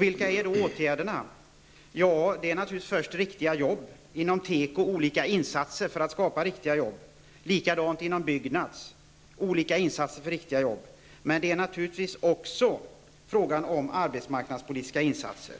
Vilka åtgärder är det då fråga om? Först gäller det naturligtvis riktiga jobb inom tekoindustrin. Det måste göras insatser för att skapa riktiga jobb. Detsamma gäller byggnadsområdet. Givetvis måste man också räkna med olika arbetsmarknadspolitiska insatser.